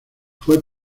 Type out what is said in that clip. fue